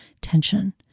tension